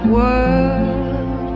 world